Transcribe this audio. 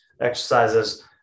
exercises